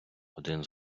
один